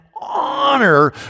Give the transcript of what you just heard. honor